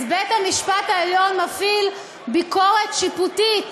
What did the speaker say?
בית-המשפט העליון מפעיל ביקורת שיפוטית